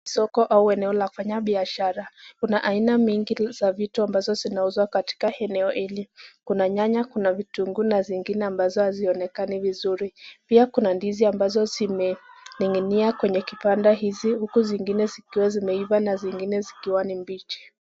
Soko au eneo la kufanya biashara. Kuna aina mingi za vitu ambazo zinauzwa katika eneo hili. Kuna nyanya, kuna vitunguu na zingine ambazo hazionekani vizuri. Pia kuna ndizi ambazo zimening'inia kwenye kibanda hizi uku zingine zikiwa zimeiva na zingine zikiwa ni mbichi.